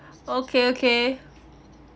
okay okay